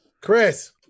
Chris